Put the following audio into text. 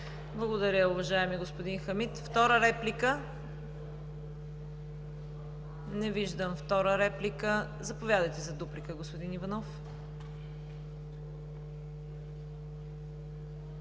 Благодаря, уважаеми господин Хамид. Втора реплика? Не виждам. Заповядайте за дуплика, господин Иванов.